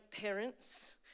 parents